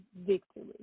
victory